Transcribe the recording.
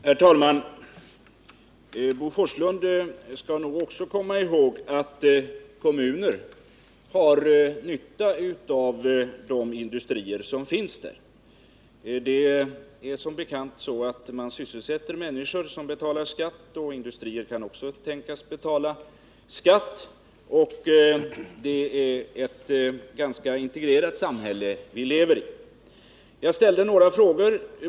Herr talman! Bo Forslund skall nog också komma ihåg att kommuner har nytta av de industrier som finns inom dem. Det är som bekant så att de sysselsätter människor som betalar skatt och industrier kan också tänkas betala skatt — vi lever i ett ganska integrerat samhälle. Jag ställde några frågor.